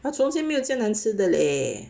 他从前没有这样艰吃的嘞